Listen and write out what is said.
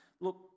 look